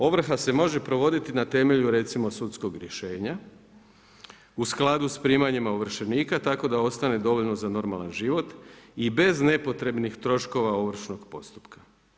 Ovrha se može provoditi na temelju recimo sudskog rješenja u skladu s primanjima ovršenika tako da ostane dovoljno za normalan život i bez nepotrebnih troškova ovršnog postupka.